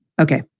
okay